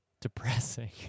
depressing